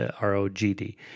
R-O-G-D